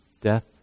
Death